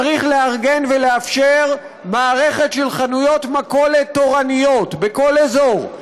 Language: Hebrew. צריך לארגן ולאפשר מערכת של חנויות מכולת תורניות בכל אזור,